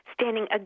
standing